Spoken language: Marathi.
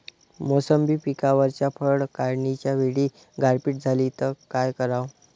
मोसंबी पिकावरच्या फळं काढनीच्या वेळी गारपीट झाली त काय कराव?